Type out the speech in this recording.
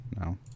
no